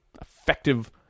effective